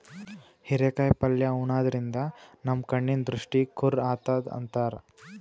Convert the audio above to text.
ಹಿರೇಕಾಯಿ ಪಲ್ಯ ಉಣಾದ್ರಿನ್ದ ನಮ್ ಕಣ್ಣಿನ್ ದೃಷ್ಟಿ ಖುರ್ ಆತದ್ ಅಂತಾರ್